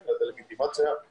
יש לה את הלגיטימציה להחליט,